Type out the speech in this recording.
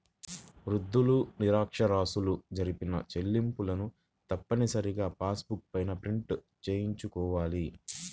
వృద్ధులు, నిరక్ష్యరాస్యులు జరిపిన చెల్లింపులను తప్పనిసరిగా పాస్ బుక్ పైన ప్రింట్ చేయించుకోవాలి